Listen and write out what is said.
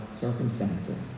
circumstances